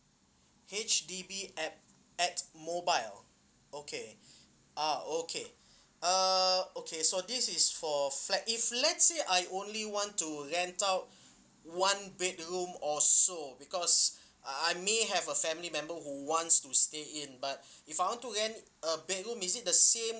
H_D_B at at mobile okay ah okay uh okay so this is for flat if let's say I only want to rent out one bedroom or so because I may have a family member who wants to stay in but if I want to rent a bedroom is it the same